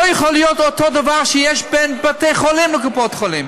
לא יכול להיות אותו דבר שיש בין בתי חולים לקופות חולים,